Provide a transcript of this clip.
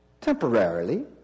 temporarily